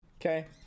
Okay